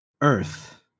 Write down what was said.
Earth